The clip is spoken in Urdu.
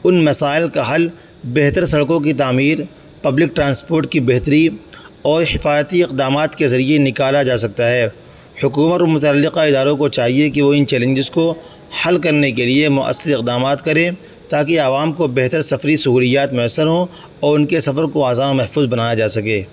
ان مسائل کا حل بہتر سڑکوں کی تعمیر پبلک ٹرانسپوٹ کی بہتری اور حفاظتی اقدامات کے ذریعے نکالا جا سکتا ہے حکومت اور متعلقہ اداروں کو چاہیے کہ وہ ان چیلنجز کو حل کرنے کے لیے مؤثر اقدامات کرے تاکہ عوام کو بہتر سفری سہولیات میسر ہوں اور ان کے سفر کو آزان اور محفوظ بنایا جا سکے